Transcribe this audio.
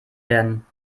werden